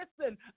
listen